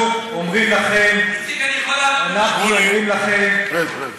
אנחנו אומרים לכם, שמולי, רד, רד.